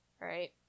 right